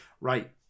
right